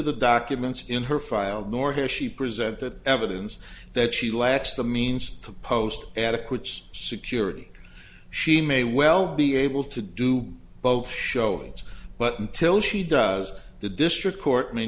the documents in her file nor has she presented evidence that she lacks the means to post adequate security she may well be able to do both showings but until she does the district court may